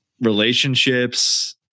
Relationships